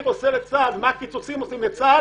עושה לצה"ל ומה הקיצוצים עושים לצה"ל.